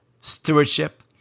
stewardship